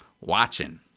watching